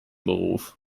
beruf